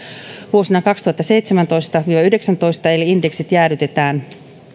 vuosina kaksituhattaseitsemäntoista viiva kaksituhattayhdeksäntoista eli indeksit jäädytetään